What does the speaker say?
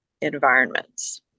environments